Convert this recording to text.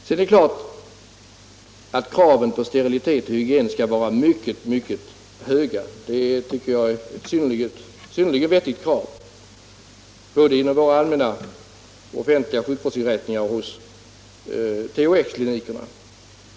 Det är klart att kraven på sterilitet och hygien skall vara mycket, mycket höga; det tycker jag är ett synnerligen viktigt krav både inom våra offentliga sjukvårdsinrättningar och på THX-klinikerna.